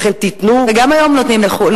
לכן תיתנו, וגם היום נותנים לכולם להשמיע קול.